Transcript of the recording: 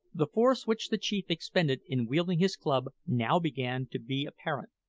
the force which the chief expended in wielding his club now began to be apparent.